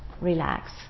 relax